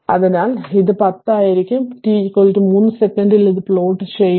അതിനാൽ ഇത് 10 ആയിരിക്കും t 3 സെക്കൻഡിൽ ഇത് പ്ലോട്ട് ചെയ്യുന്നു